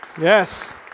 Yes